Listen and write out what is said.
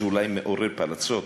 זה אולי מעורר פלצות,